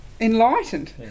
Enlightened